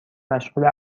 مشغول